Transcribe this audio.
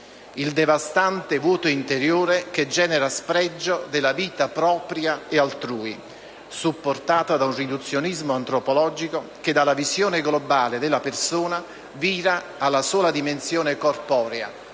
il devastante vuoto interiore che genera spregio della vita propria e altrui, supportato da un riduzionismo antropologico che dalla visione globale della persona vira alla sola dimensione corporea,